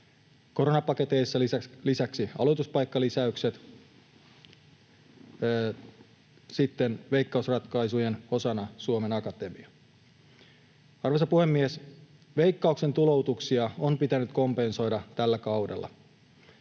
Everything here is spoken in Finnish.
Koronapaketeissa oli lisäksi aloituspaikkalisäykset, sitten Veikkaus-ratkaisujen osana Suomen Akatemia. Arvoisa puhemies! Veikkauksen tuloutuksia on pitänyt kompensoida tällä kaudella.